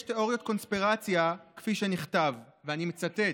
יש תיאוריית קונספירציה, כפי שנכתב, ואני מצטט: